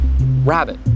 Rabbit